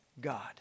God